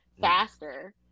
faster